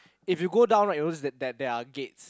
if you go down right you notice that there are gates